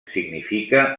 significa